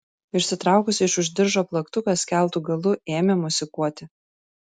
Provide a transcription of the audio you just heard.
išsitraukusi iš už diržo plaktuką skeltu galu ėmė mosikuoti